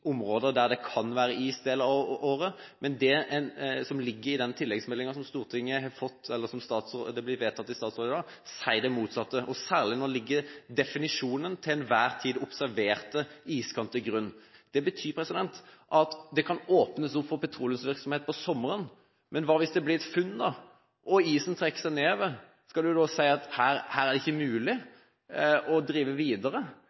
områder der det kan være is deler av året, men det som ligger i den tilleggsmeldingen som ble vedtatt i statsråd i dag, sier det motsatte, og særlig når en legger definisjonen «den til enhver tid observerte iskant» til grunn. Det betyr at det kan åpnes opp for petroleumsvirksomhet på sommeren. Men hva hvis det blir et funn, og isen trekker seg nedover? Skal en da si at her er det ikke mulig å drive videre?